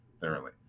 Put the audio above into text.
thoroughly